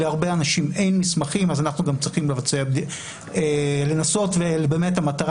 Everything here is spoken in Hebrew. להרבה אנשים אין מסמכים אז אנחנו צריכים גם לנסות --- ימים,